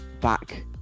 back